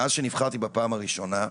מאז שנבחרתי בפעם הראשונה,